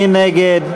מי נגד?